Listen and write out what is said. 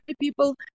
people